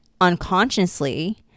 unconsciously